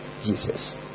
Jesus